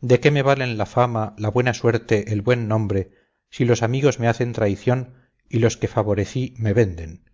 de qué me valen la fama la buena suerte el buen nombre si los amigos me hacen traición y los que favorecí me venden